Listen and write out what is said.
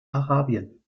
arabien